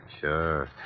Sure